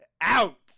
out